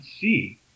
see